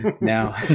Now